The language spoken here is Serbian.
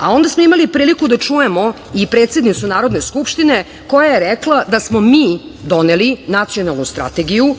a onda smo imali priliku da čujemo i predsednicu Narodne skupštine koja je rekla da smo mi doneli Nacionalnu strategiju